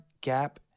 gap